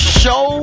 show